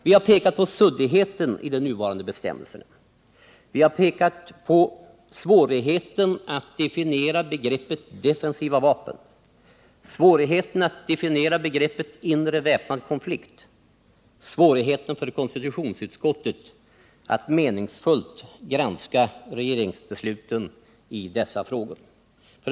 Vi har pekat på suddigheten i de nuvarande bestämmelserna, vi har pekat på svårigheten att definiera begreppet defensiva vapen, svårigheten att definiera begreppet inre väpnad konflikt, svårigheten för konstitutionsutskottet att meningsfullt granska regeringsbesluten i dessa frågor.